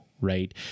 right